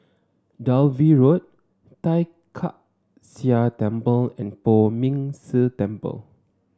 Dalvey Road Tai Kak Seah Temple and Poh Ming Tse Temple